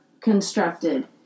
constructed